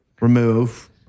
remove